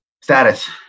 status